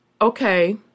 Okay